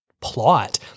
plot